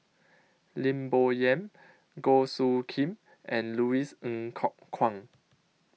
Lim Bo Yam Goh Soo Khim and Louis Ng Kok Kwang